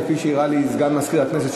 כפי שהראה לי סגן מזכירת הכנסת,